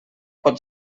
pot